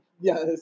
Yes